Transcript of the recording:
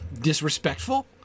disrespectful